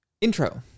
Intro